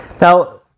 Now